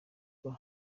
ngo